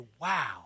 wow